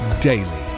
daily